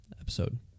episode